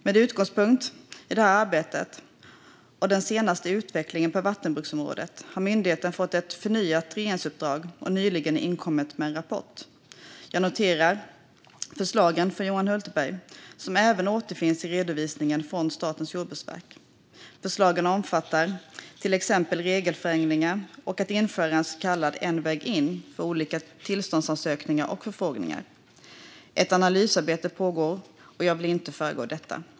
Med utgångspunkt i detta arbete och den senaste utvecklingen på vattenbruksområdet har myndigheten fått ett förnyat regeringsuppdrag och nyligen inkommit med en rapport. Jag noterar förslagen från Johan Hultberg, som även återfinns i redovisningen från Statens jordbruksverk. Förslagen omfattar till exempel regelförändringar och att införa "en väg in" för olika tillståndsansökningar och förfrågningar. Ett analysarbete pågår, och jag vill inte föregå detta.